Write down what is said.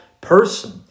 person